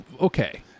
Okay